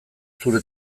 zure